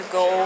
go